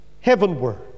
heavenward